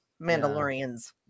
Mandalorians